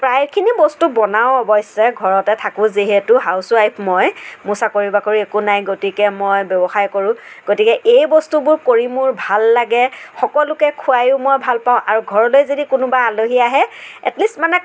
প্ৰায়খিনি বস্তু বনাওঁ অৱশ্যে ঘৰতে থাকোঁ যিহেতু হাউচ ৱাইফ মই মোৰ চাকৰি বাকৰি একো নাই গতিকে মই ব্যৱসায় কৰোঁ গতিকে এই বস্তুবোৰ কৰি মোৰ ভাল লাগে সকলোকে খুৱাইও মই ভাল পাওঁ আৰু ঘৰলৈ যদি কোনোবা আলহী আহে এটলিষ্ট মানে